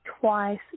twice